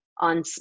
On